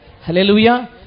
Hallelujah